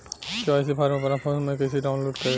KYC form अपना phone मे कइसे डाऊनलोड करेम?